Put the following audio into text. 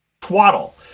twaddle